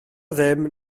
ddim